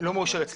לא מאושרת.